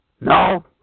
No